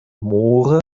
moore